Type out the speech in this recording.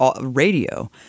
radio